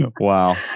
Wow